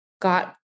got